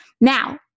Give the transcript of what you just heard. Now